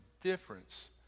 difference